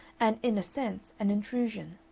and in a sense an intrusion.